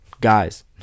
guys